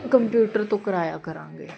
computer ਤੋਂ ਕਰਾਇਆ ਕਰਾਂਗੇ